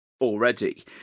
already